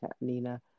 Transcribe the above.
Nina